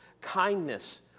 Kindness